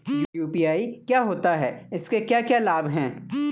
UPI क्या होता है इसके क्या क्या लाभ हैं?